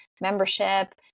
membership